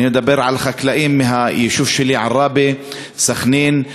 אני מדבר על חקלאים מהיישוב שלי עראבה, מסח'נין,